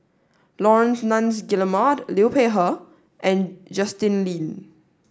Laurence Nunns Guillemard Liu Peihe and Justin Lean